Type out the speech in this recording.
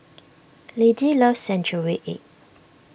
Lidie loves Century Egg